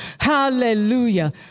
Hallelujah